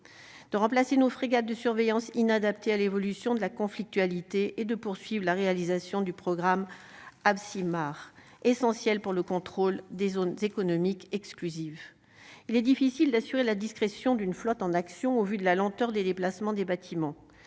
de remplacer nos frégates de surveillance inadapté à l'évolution de la conflictualité et de poursuivent la réalisation du programme abs Simard essentiel pour le contrôle des zones économiques exclusives, il est difficile d'assurer la discrétion d'une flotte en action au vu de la lenteur des déplacements des bâtiments